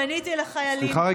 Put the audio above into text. מי שלא רוצה שיצא,